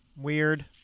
weird